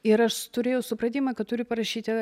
ir aš turėjau supratimą kad turiu parašyti